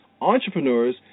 entrepreneurs